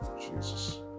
Jesus